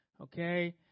Okay